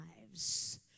lives